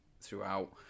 throughout